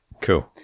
cool